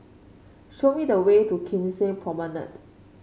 show me the way to Kim Seng Promenade